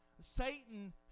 Satan